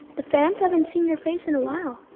the fans haven't seen your face in a while.